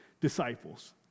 disciples